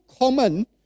common